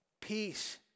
Peace